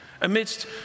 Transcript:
amidst